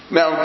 Now